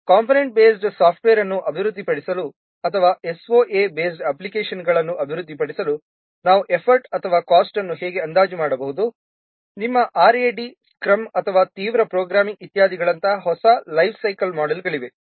component based software ಅನ್ನು ಅಭಿವೃದ್ಧಿಪಡಿಸಲು ಅಥವಾ SOA ಬೇಸ್ಡ್ ಅಪ್ಲಿಕೇಶನ್ಗಳನ್ನು ಅಭಿವೃದ್ಧಿಪಡಿಸಲು ನಾವು ಎಫರ್ಟ್ ಅಥವಾ ಕಾಸ್ಟ್ ಅನ್ನು ಹೇಗೆ ಅಂದಾಜು ಮಾಡಬಹುದು ನಿಮ್ಮ RAD ಸ್ಕ್ರಮ್ ಅಥವಾ ತೀವ್ರ ಪ್ರೋಗ್ರಾಮಿಂಗ್ ಇತ್ಯಾದಿಗಳಂತಹ ಹೊಸ ಲೈಫ್ ಸೈಕಲ್ ಮೋಡೆಲ್ಗಳಿವೆ